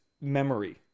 memory